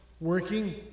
working